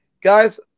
guys